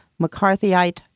McCarthyite